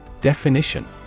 Definition